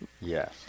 Yes